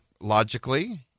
logically